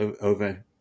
over